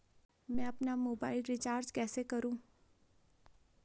मैं अपना mobile recharge कैसे करूँ?